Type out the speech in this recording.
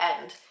end